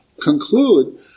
conclude